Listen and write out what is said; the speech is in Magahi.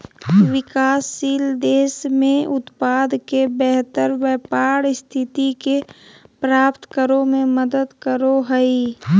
विकासशील देश में उत्पाद के बेहतर व्यापार स्थिति के प्राप्त करो में मदद करो हइ